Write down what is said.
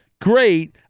great